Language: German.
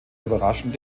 überraschend